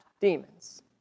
demons